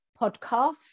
podcast